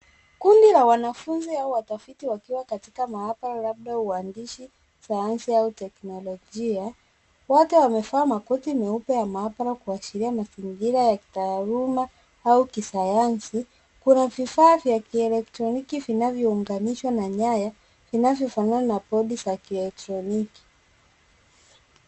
Kundi la wanafunzi au watafiti wakiwa katika maabara labda uandishi wa sayansi au teknolojia. Wote wamevalia makoti meupe ya maabara kuashiria mazingira ya kitaaluma au sayansi. Kuna vifaa vya kielektroniki vinavyo unganishwa na nyaya zinavyo fanana na bodi za kielekroniki.